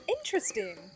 Interesting